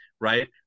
right